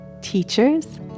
teachers